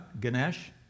Ganesh